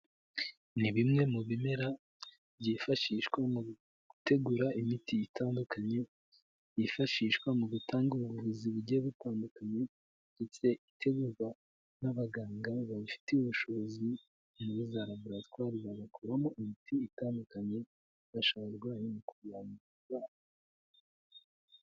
Ni bimwe mu bimera byifashishwa mu gutegura imiti itandukanye, yifashishwa mu gutanga ubuvuzi bugiye butandukanye ndetse itegurwa n'abaganga babifitiye ubushobozi muri za laboratwari bagakoramo imiti itandukanye, ifasha abarwayi mu kurwanya indwara.